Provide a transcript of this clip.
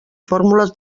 fórmules